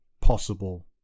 possible